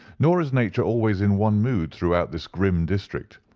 nor is nature always in one mood throughout this grim district.